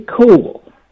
cool